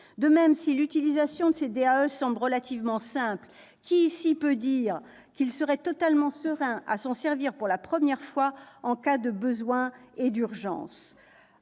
De même, si l'utilisation de ces DAE semble relativement simple, qui, ici, peut dire qu'il serait totalement serein s'il devait s'en servir pour la première fois en cas de besoin et d'urgence ?